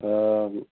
ହଁ ଯେ